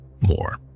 More